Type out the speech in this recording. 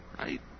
Right